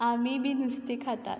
आमीय बी नुस्तें खातात